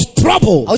trouble